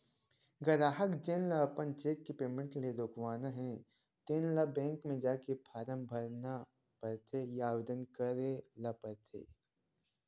गराहक जेन ल अपन चेक के पेमेंट ल रोकवाना हे तेन ल बेंक म जाके फारम भरना परथे या आवेदन करे ल परथे